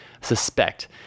suspect